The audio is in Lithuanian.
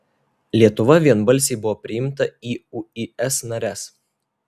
lietuva vienbalsiai buvo priimta į uis nares